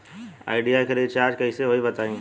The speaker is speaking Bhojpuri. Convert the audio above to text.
आइडिया के रीचारज कइसे होई बताईं?